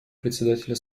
председателя